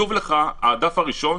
בדף הראשון